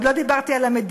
עוד לא דיברתי על המדינית,